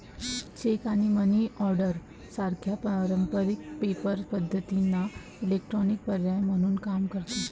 check आणि money order सारख्या पारंपारिक पेपर पद्धतींना इलेक्ट्रॉनिक पर्याय म्हणून काम करते